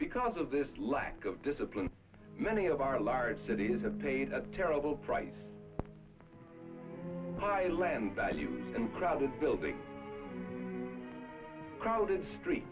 because of this lack of discipline many of our large cities have paid a terrible price milan value in crowded buildings crowded street